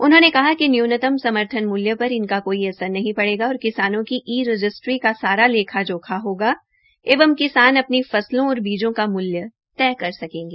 उन्होंने कहा कि न्यूनतम समर्थन मूल्य पर इनका कोई असर नहीं पड़ेगा और किसानों की ई रजिस्ट्री का सारा लेखा जोखा होगा एवं किसान अपनी फसलों और बीज़ों का मूल्य तय कर सकेगा